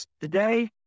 Today